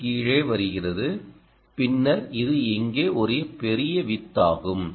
இது கீழே வருகிறது பின்னர் இது இங்கே ஒரு பெரிய விட்த் ஆகும்